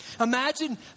Imagine